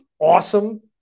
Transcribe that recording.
awesome